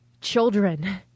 children